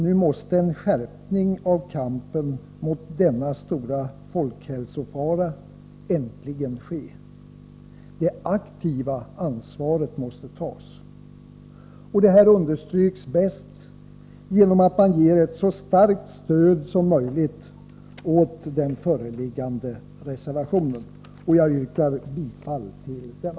Nu måste kampen mot denna stora folkhälsofara äntligen skärpas. Det aktiva ansvaret måste tas. Detta understryks bäst genom att man ger ett så starkt stöd som möjligt åt den föreliggande reservationen, och jag yrkar bifall till denna.